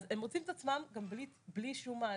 אז הם מוצאים את עצמם בלי שום מענה,